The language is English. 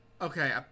Okay